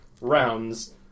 rounds